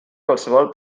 qualsevol